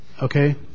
okay